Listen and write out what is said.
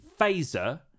phaser